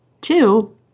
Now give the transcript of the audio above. Two